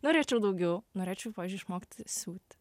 norėčiau daugiau norėčiau pavyzdžiui išmokti siūt